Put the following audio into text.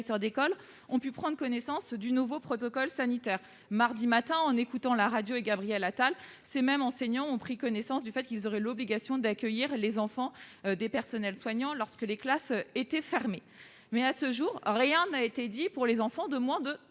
ont pris connaissance du nouveau protocole sanitaire. Mardi matin, c'est en écoutant une interview de Gabriel Attal à la radio que ces mêmes enseignants ont pris connaissance du fait qu'ils auraient l'obligation d'accueillir les enfants des personnels soignants, lorsque les classes seraient fermées. Mais rien n'a été dit à ce jour pour les enfants de moins de